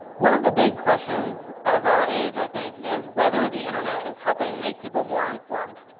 one of the big questions of our age i think, is whether the internet is helping make people more informed.